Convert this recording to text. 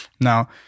Now